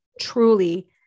truly